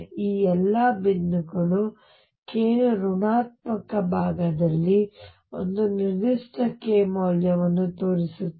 ಈ ಎಲ್ಲಾ ಬಿಂದುಗಳು k ನ ಋಣಾತ್ಮಕ ಭಾಗದಲ್ಲಿ ಒಂದು ನಿರ್ದಿಷ್ಟ k ಮೌಲ್ಯವನ್ನು ತೋರಿಸುತ್ತವೆ